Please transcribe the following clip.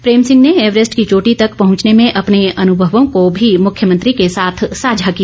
प्रेम सिंह ने एवरेस्ट की चोटी तक पहुंचने में अपने अनुभवों को भी मुख्यमंत्री के साथ साझा किया